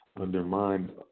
undermine